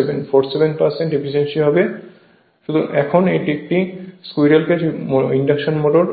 এর পরে এখন একটি স্কুইরেল কেজ ইন্ডাকশন মোটর